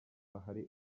hari